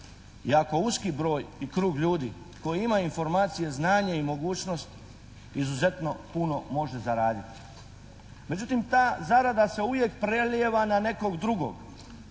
jako uski broj i krug ljudi koji ima informacije, znanje i mogućnost izuzetno puno može zaraditi. Međutim, ta zarada se uvijek prelijeva na nekoga drugog.